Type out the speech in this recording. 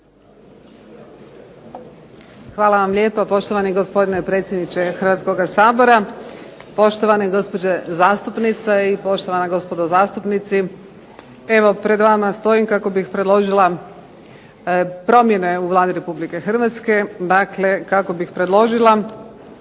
Hvala vam lijepo. Poštovani gospodine predsjedniče Hrvatskoga sabora, poštovane gospođe zastupnice i poštovana gospodo zastupnici. Evo pred vama stojim kako bih predložila promjene u Vladi Republike Hrvatske dakle kako bi predložila